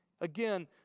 Again